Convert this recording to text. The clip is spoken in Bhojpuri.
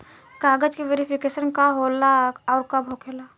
कागज के वेरिफिकेशन का हो खेला आउर कब होखेला?